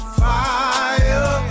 fire